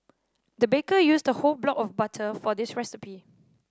the baker used a whole block of butter for this recipe